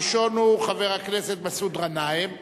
הראשון הוא חבר הכנסת מסעוד גנאים,